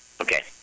Okay